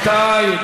שמעסיקים את הילדים,